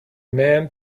man